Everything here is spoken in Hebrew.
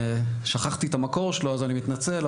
שכחתי את המקור שלו, אני מתנצל.